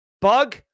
bug